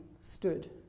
stood